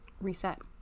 reset